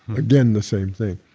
again, the same thing,